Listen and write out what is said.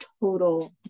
total